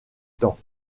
temps